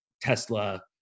Tesla